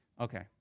Okay